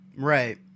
Right